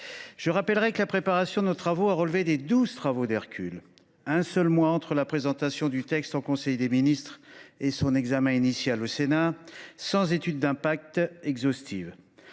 Je rappellerai que nos travaux préparatoires ont relevé des douze travaux d’Hercule : un seul mois entre la présentation du texte en Conseil des ministres et son examen initial au Sénat, sans étude d’impact exhaustive.